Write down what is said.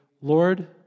Lord